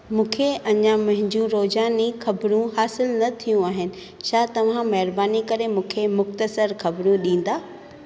मूंखे अञां मुंहिंजो रोज़ानी ख़बरूं हासिलु न थियूं आहिनि छा तव्हां महिरबानी करे मूंखे मुख़्तसिर ख़बरूं ॾींदा